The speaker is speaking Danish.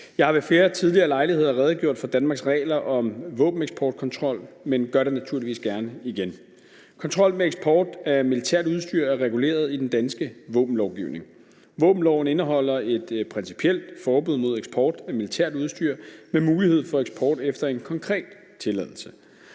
Jeg har ved flere tidligere lejligheder redegjort for Danmarks regler om våbeneksportkontrol, men gør det naturligvis gerne igen. Kontrol med eksport af militært udstyr er reguleret i den danske våbenlovgivning. Våbenloven indeholder et principielt forbud mod eksport af militært udstyr med mulighed for eksport efter en konkret tilladelse.